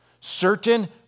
certain